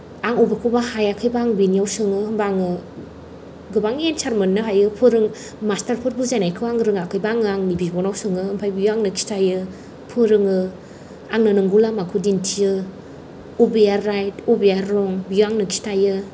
आं बबेखौबा हायाखैबा आं बिनियाव सोङो होनबा आङो गोबां एन्सार मोननो हायो मास्टार फोर बुजायनायखौ आं रोङाखैबा आं आंनि बिब'नाव सोङो ओमफ्राय बियो आंनो खिथायो फोरोङो आंनो नंगौ लामाखौ दिन्थियो बबेया राइट बबेया रं बियो आंनो खिथायो